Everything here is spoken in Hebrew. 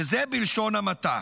וזה בלשון המעטה".